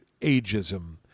ageism